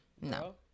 No